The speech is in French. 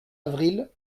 avril